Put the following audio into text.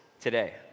today